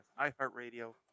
iHeartRadio